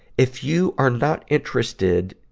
if you are not interested,